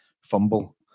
fumble